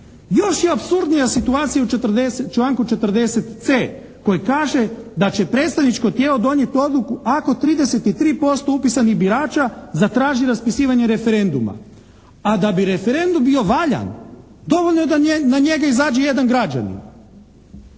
Još je apsurdnija situacija u članku 40. c, koji kaže da će predstavničko tijelo donijeti odluku ako 33% upisanih birača zatraži raspisivanje referenduma a da bi referendum bio valjan, dovoljno je da na njega izađe jedan građanin.